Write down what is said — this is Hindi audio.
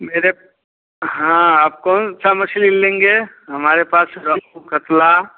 मेरे हाँ आप कौन सा मछली लेंगे हमारे पास रोहू कतला